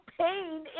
pain